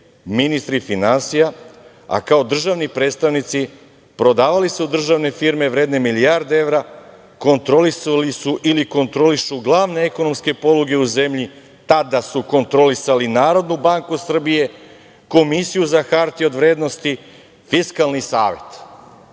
ministri finansija, a kao državni predstavnici prodavali su državne firme vredne milijarde evra, kontrolisali su ili kontrolišu glavne ekonomske poluge u zemlji. Tada su kontrolisali NBS, Komisiju za hartije od vrednosti, Fiskalni savet.